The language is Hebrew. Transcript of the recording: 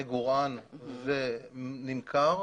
מגורען ונמכר,